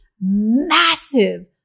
massive